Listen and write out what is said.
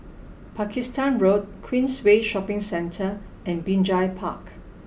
Pakistan Road Queensway Shopping Centre and Binjai Park